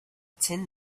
tin